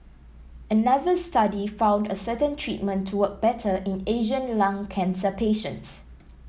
another study found a certain treatment to work better in Asian lung cancer patients